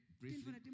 briefly